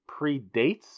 predates